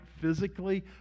physically